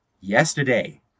Yesterday